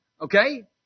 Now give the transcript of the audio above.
Okay